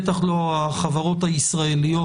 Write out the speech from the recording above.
בטח לא החברות הישראליות.